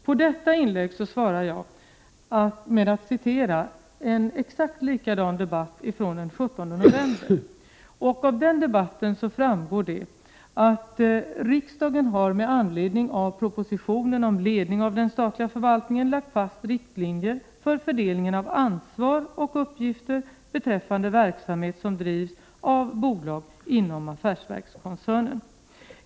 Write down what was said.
På detta inlägg svarade jag med att citera en exakt likadan debatt från den 17 november. Av den debatten framgår det att riksdagen har, medan anledning av propositionen om ledningen av den statliga förvaltningen, lagt fast riktlinjer för fördelningen av ansvar och uppgifter beträffande verksamheter som drivs av bolag inom affärsverkskoncerner.